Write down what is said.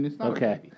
Okay